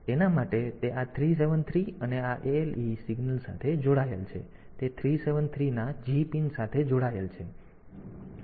તેથી તે અહીં પણ ઉપલબ્ધ છે તેથી તેના માટે તે આ 373 અને આ ALE સિગ્નલ સાથે જોડાયેલ છે તેથી તે 373 ના G પિન સાથે જોડાયેલ છે